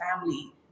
family